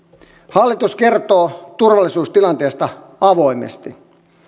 hallitus kertoo turvallisuustilanteesta avoimesti